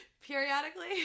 periodically